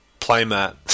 Playmat